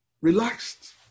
relaxed